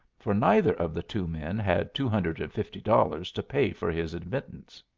for neither of the two men had two hundred and fifty dollars to pay for his admittance.